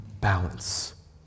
balance